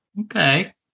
Okay